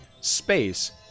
space